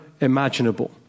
imaginable